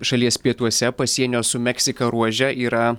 šalies pietuose pasienio su meksika ruože yra